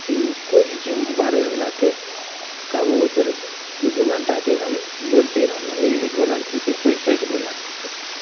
कि कोइ भी चीजके बारेमे हमरा तू कहबहो ओहिपर दुइ दुइ घण्टा तक हम बोलिते रहबऽ इन्गलिशवलामे कि छै सोचि सोचि बोलै पड़तै